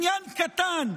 עניין קטן,